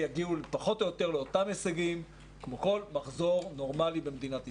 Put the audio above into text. יגיעו פחות או יותר לאותם הישגים כמו כל מחזור נורמלי במדינת ישראל.